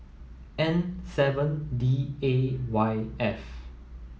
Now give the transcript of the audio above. N seven D A Y F